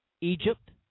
Egypt